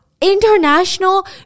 international